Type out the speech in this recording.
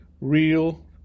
real